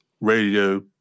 radio